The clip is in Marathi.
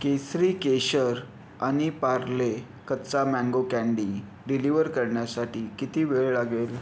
केसरी केशर आणि पार्ले कच्चा मॅंगो कॅंडी डिलिवर करण्यासाठी किती वेळ लागेल